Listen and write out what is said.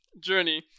journey